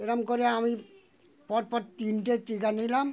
এরম করে আমি পর পর তিনটে টিকা নিলাম